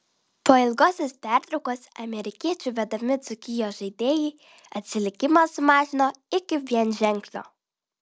po ilgosios pertraukos amerikiečių vedami dzūkijos žaidėjai atsilikimą sumažino iki vienženklio